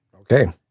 Okay